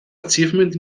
achievement